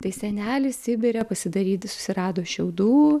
tai senelis sibire pasidaryti susirado šiaudų